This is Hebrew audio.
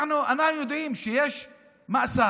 אנחנו יודעים שיש מאסר,